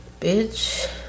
bitch